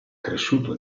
cresciuto